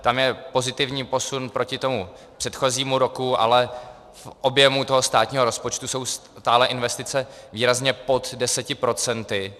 Tam je pozitivní posun proti předchozímu roku, ale v objemu toho státního rozpočtu jsou stále investice výrazně pod deseti procenty.